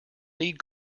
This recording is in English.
need